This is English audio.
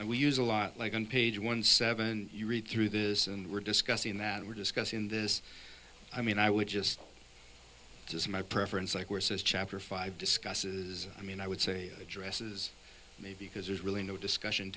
and we use a lot like on page one seven you read through this and we're discussing that we're discussing this i mean i would just as my preference like worse as chapter five discusses i mean i would say addresses maybe because there's really no discussion